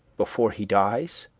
before he dies?